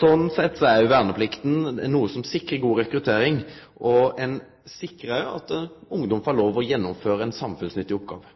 Sånn sett er verneplikta noko som sikrar god rekruttering, og ein sikrar at ungdom får lov til å gjennomføre ei samfunnsnyttig oppgåve.